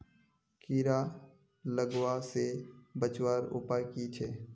कीड़ा लगवा से बचवार उपाय की छे?